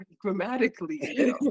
grammatically